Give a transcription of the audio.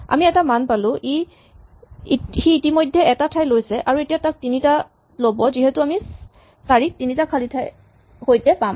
আমি এটা মান পালো সি ইতিমধ্যে এটা ঠাই লৈ আছে আৰু এতিয়া তিনিটা যিহেতু ল'ব সেয়ে আমি ৪ ক তিনিটা খালী ঠাইৰ সৈতে পাম